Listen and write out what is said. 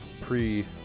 pre-